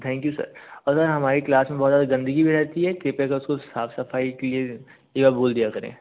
thank you sir और ना हमारी क्लास में बहुत ज़्यादा गंदगी भी रहती है कृपया कर उसको साफ़ सफ़ाई के लिए एक बार बोल दिया करें